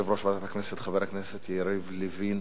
יושב-ראש ועדת הכנסת, חבר הכנסת יריב לוין.